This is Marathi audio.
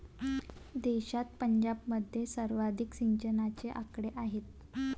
देशात पंजाबमध्ये सर्वाधिक सिंचनाचे आकडे आहेत